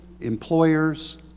employers